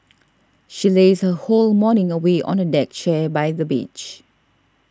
she lazed her whole morning away on a deck chair by the beach